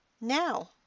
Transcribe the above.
now